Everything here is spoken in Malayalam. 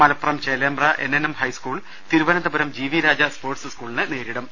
Malappuram Chelembra N N M high school Thiruvananthapuram G V Raja sports സ്കൂളിനെ നേരിടും